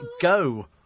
go